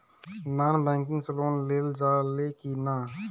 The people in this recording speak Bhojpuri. नॉन बैंकिंग से लोन लेल जा ले कि ना?